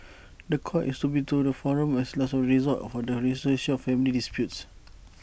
The Court is to be the forum of last resort for the resolution of family disputes